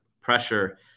pressure